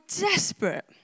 desperate